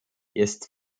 jest